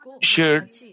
shared